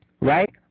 right